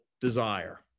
desire